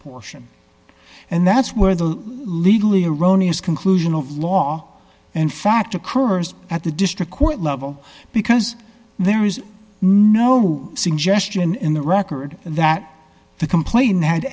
portion and that's where the legally erroneous conclusion of law in fact occurs at the district court level because there is no suggestion in the record that the complaint had